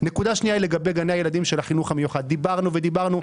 לגבי גני הילדים של החינוך המיוחד דיברנו ודיברנו,